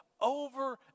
over